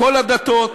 מכל הדתות,